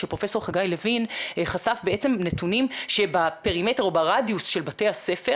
שפרופ' חגי לוין חשף נתונים שבפרימטר או ברדיוס של בתי הספר